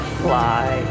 fly